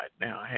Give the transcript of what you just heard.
Now